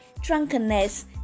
drunkenness